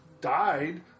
died